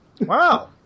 Wow